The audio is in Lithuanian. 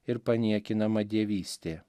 ir paniekinama dievystė